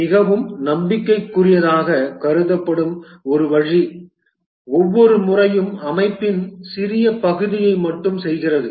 மிகவும் நம்பிக்கைக்குரியதாகக் கருதப்படும் ஒரு வழி ஒவ்வொரு முறையும் அமைப்பின் சிறிய பகுதியை மட்டுமே செய்கிறது